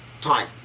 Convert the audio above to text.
time